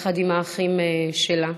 יחד עם האחים שלה.